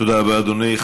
תודה רבה, אדוני.